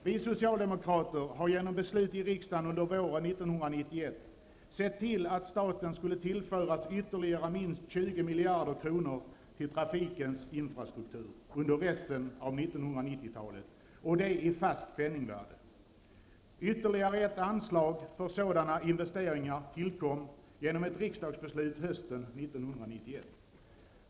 Vi socialdemokrater har genom beslut i riksdagen under våren 1991 sett till att staten skulle tillföra ytterligare minst 20 miljarder kronor till trafikens infrastruktur under resten av 1990-talet i fast penningvärde. Ytterligare ett anslag för sådana investeringar tillkom genom ett riksdagsbeslut hösten 1991.